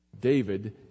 David